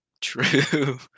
True